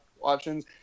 options